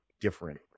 different